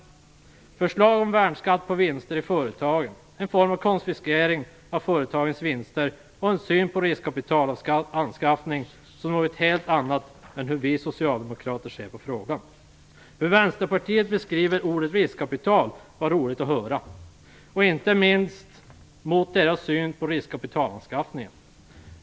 De föreslår värnskatt på vinster i företagen - en form av konfiskering av företagens vinster - och de har en syn på riskkapitalanskaffning som är något helt annat än den syn vi socialdemokrater har i frågan. Det var roligt att höra hur Vänsterpartiet beskriver ordet riskkapital, och inte minst deras syn på riskkapitalanskaffning.